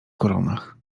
koronach